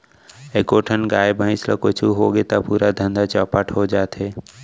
एको ठन गाय, भईंस ल कुछु होगे त पूरा धंधा चैपट हो जाथे